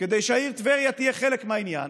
כדי שהעיר טבריה תהיה חלק מהעניין,